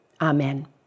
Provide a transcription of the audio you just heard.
Amen